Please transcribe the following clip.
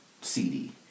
CD